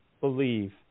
believe